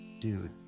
dude